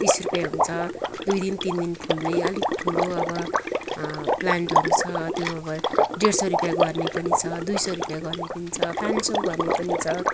तिस रुपियाँ हुन्छ दुई दिन तिन दिन फुल्ने अलिक ठुलो अब प्लान्टहरू छ त्यो अब डेढ सौ रुपियाँ गर्ने पनि छ दुई सौ रुपियाँ गर्ने पनि छ पाँच सौ गर्ने पनि छ